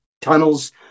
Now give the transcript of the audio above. tunnels